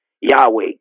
Yahweh